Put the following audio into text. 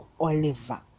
Oliver